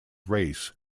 race